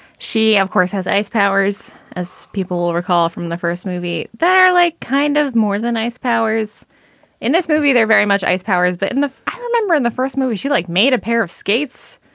she, of course, has ice powers, as people will recall from the first movie that are like kind of more than ice powers in this movie. they're very much ice powers. but in the ah member in the first movie, she like made a pair of skates.